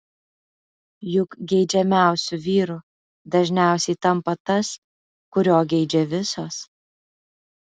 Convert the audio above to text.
juk geidžiamiausiu vyru dažniausiai tampa tas kurio geidžia visos